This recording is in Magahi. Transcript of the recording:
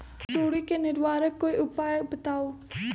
सुडी से निवारक कोई उपाय बताऊँ?